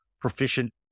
proficient